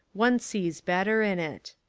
one sees better in it.